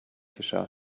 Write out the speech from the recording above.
geschah